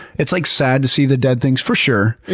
it's like sad to see the dead things for sure,